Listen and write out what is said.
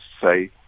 say